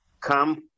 come